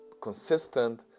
consistent